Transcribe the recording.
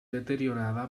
deteriorada